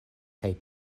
kaj